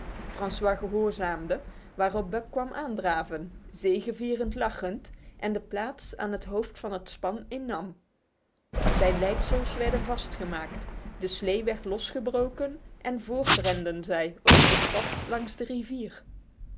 francois gehoorzaamde waarop buck kwam aandraven zegevierend lachend en de plaats aan het hoofd van het span innam zijn leidsels werden vastgemaakt de slee werd losgebroken en voort renden zij over het pad langs de rivier